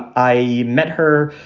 i met her.